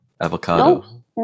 avocado